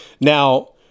Now